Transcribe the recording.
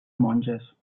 monges